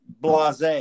blase